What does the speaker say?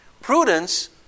Prudence